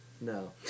No